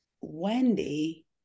wendy